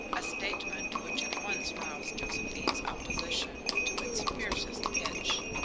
a statement which at once roused josephine's opposition to its fiercest pitch.